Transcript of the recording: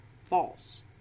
False